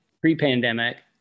pre-pandemic